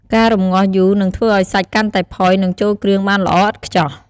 ការរម្ងាស់យូរនឹងធ្វើឱ្យសាច់កាន់តែផុយ និងចូលគ្រឿងបានល្អឥតខ្ចោះ។